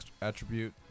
attribute